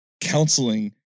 Counseling